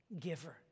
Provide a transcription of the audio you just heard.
giver